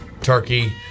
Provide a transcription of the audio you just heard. turkey